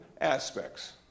aspects